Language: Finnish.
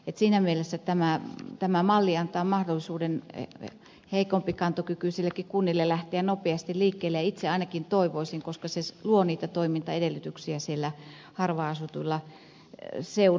siinä mielessä tämä malli antaa mahdollisuuden heikompikantokykyisillekin kunnille lähteä nopeasti liikkeelle ja itse ainakin toivoisin sitä koska se luo niitä toimintaedellytyksiä harvaanasutuilla seuduilla